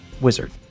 wizard